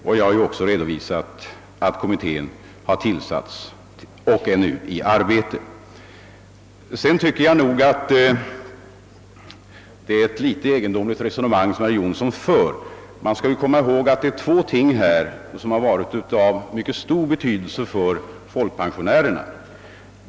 Och jag har ju också redovisat att pensionsförsäkringskommittén erhållit tilläggsdirektiv för att ta upp denna fråga till behandling. Jag tycker faktiskt att det resonemang herr Jonsson för är en smula egendomligt. Vi skall komma ihåg att det är två ting som varit av mycket stor betydelse för folkpensionärerna.